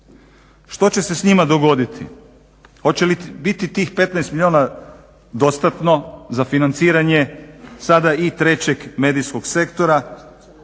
Što će se s njima dogoditi? Hoće li biti tih 15 milijuna dostatno za financiranja sada i trećeg medijskog sektora